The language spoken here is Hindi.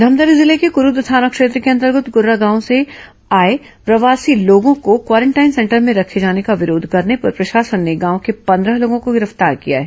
धमतरी जिले के कुरूद थाना क्षेत्र के अंतर्गत कुर्रा गांव में बाहर से आए प्रवासी लोगों को क्वारेंटाइन सेंटर में रखे जाने का विरोध करने पर प्रशासन ने गांव के पंद्रह लोगों को गिरफ्तार किया है